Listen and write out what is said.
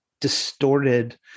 distorted